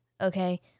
Okay